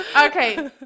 okay